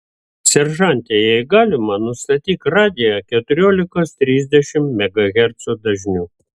seržante jei galima nustatyk radiją keturiolikos trisdešimt megahercų dažniu